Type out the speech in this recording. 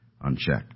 unchecked